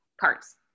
parts